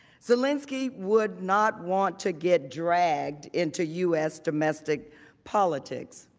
zelensky would not want to get dragged into u s. domestic politics.